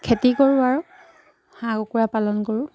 খেতি কৰোঁ আৰু হাঁহ কুকুৰা পালন কৰোঁ